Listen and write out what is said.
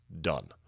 done